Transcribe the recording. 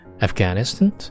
Afghanistan